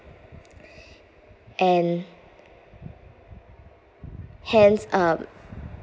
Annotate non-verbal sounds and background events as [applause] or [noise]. [breath] and hence uh